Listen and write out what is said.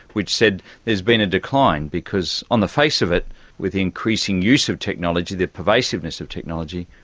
which said there's been a decline, because on the face of it with the increasing use of technology, the pervasiveness of technology,